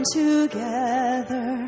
together